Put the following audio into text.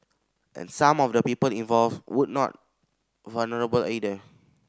and some of the people involved would not vulnerable either